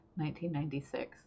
1996